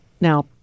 Now